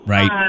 Right